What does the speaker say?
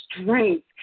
strength